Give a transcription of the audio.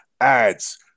Ads